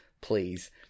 please